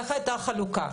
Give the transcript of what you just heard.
איך הייתה החלוקה?